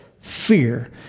fear